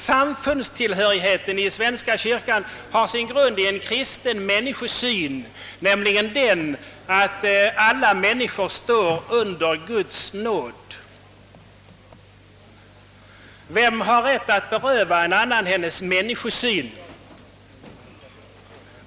Samfundstillhörigheten i svenska kyrkan har sin grund i en kristen människosyn, nämligen den att alla människor står under Guds nåd. Vem har rätt att beröva en annan människa hennes människosyn?